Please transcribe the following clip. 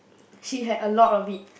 she had a lot of it